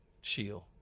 Shield